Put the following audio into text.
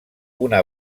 una